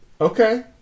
Okay